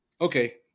Okay